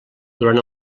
durant